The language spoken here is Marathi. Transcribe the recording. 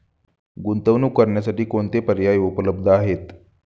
गुंतवणूक करण्यासाठी कोणते पर्याय उपलब्ध आहेत?